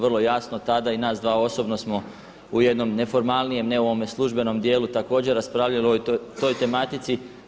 Vrlo jasno tada i nas dva osobno smo u jednom neformalnijem, ne ovome službenom dijelu također raspravljali o toj tematici.